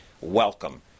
Welcome